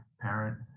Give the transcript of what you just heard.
parent